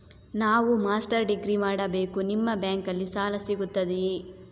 ನಾನು master degree ಮಾಡಬೇಕು, ನಿಮ್ಮ ಬ್ಯಾಂಕಲ್ಲಿ ಸಾಲ ಸಿಗುತ್ತದೆಯೇ?